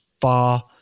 far